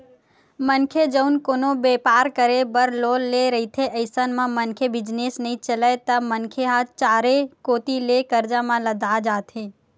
मनखे जउन कोनो बेपार करे बर लोन ले रहिथे अइसन म मनखे बिजनेस नइ चलय त मनखे ह चारे कोती ले करजा म लदा जाथे